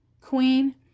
queen